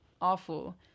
awful